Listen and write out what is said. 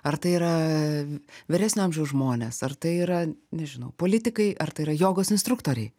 ar tai yra vyresnio amžiaus žmonės ar tai yra nežinau politikai ar tai yra jogos instruktoriai